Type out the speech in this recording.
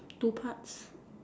two parts